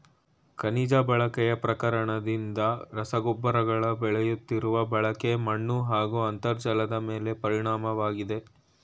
ಖನಿಜ ಬಳಕೆಯ ಪ್ರಸರಣದಿಂದ ರಸಗೊಬ್ಬರಗಳ ಬೆಳೆಯುತ್ತಿರುವ ಬಳಕೆ ಮಣ್ಣುಹಾಗೂ ಅಂತರ್ಜಲದಮೇಲೆ ಪರಿಣಾಮವಾಗಿದೆ